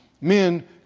Men